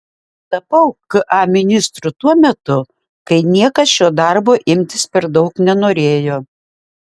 tapau ka ministru tuo metu kai niekas šio darbo imtis per daug nenorėjo